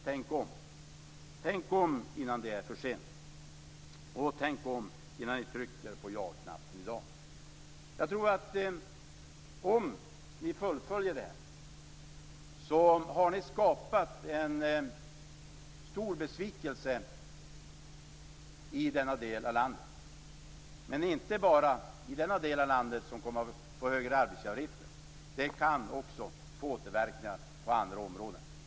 Tänk om, innan det är för sent! Tänk om, innan ni trycker på jaknappen i dag! Om ni fullföljer detta skapar ni en stor besvikelse i denna del av landet, men det är inte bara där som det kommer att bli högre arbetsgivaravgifter. Det kan också få återverkningar på andra områden.